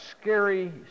scary